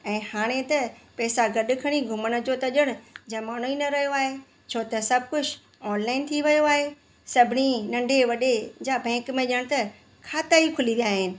ऐं हाणे त पेसा गॾु खणी घुमण जो त ॼणु ज़मानो ई न रहियो आहे छो त सभु कुझु ऑनलाइन थी वियो आहे सभिनी नंढे वॾे जा बैंक में ॼाण त खाता ई खुली विया आहिनि